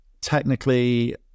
Technically